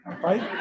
right